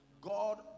God